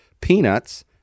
peanuts